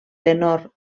tenor